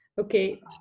Okay